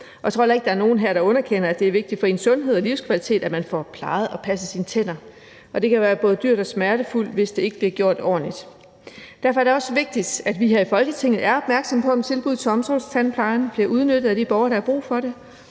Jeg tror ikke, at der er nogen her, der underkender, at det er vigtigt for ens sundhed og livskvalitet, at man får plejet og passet sine tænder. Det kan være både dyrt og smertefuldt, hvis det ikke bliver gjort ordentligt. Derfor er det også vigtigt, at vi her i Folketinget er opmærksomme på, om tilbuddet til omsorgstandplejen bliver udnyttet af de borgere, der har brug for det.